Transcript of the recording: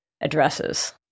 addresses